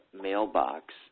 mailbox